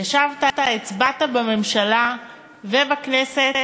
הצבעת בממשלה ובכנסת